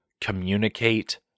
communicate